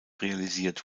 realisiert